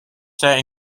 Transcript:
set